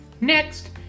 Next